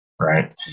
right